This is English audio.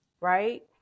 right